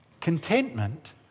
Contentment